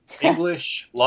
English